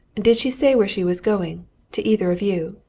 did she say where she was going to either of you?